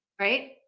Right